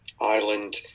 Ireland